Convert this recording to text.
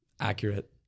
accurate